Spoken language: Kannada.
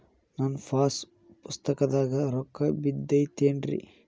ನನ್ನ ಪಾಸ್ ಪುಸ್ತಕದಾಗ ರೊಕ್ಕ ಬಿದ್ದೈತೇನ್ರಿ?